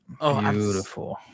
Beautiful